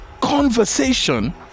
conversation